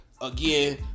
Again